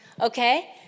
Okay